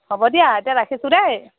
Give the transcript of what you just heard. হ'ব দিয়া এতিয়া ৰাখিছোঁ দেই